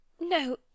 no